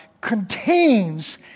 contains